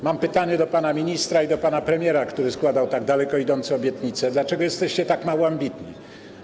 Mam pytanie do pana ministra i do pana premiera, który składał tak daleko idące obietnice: Dlaczego jesteście tak mało ambitni?